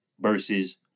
versus